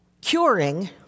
Curing